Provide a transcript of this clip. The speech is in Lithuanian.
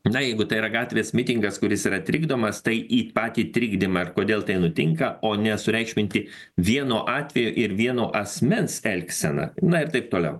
na jeigu tai yra gatvės mitingas kuris yra trikdomas tai į patį trikdymą ir kodėl tai nutinka o nesureikšminti vieno atvejo ir vieno asmens elgseną na ir taip toliau